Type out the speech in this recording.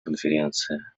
конференции